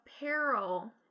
apparel